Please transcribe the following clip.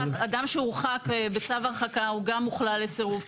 אבל --- אדם שהורחק בצו הרחקה הוא גם מוכלל לסירוב,